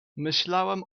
myślałam